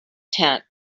tent